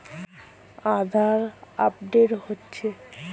আধার update হচ্ছে?